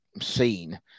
seen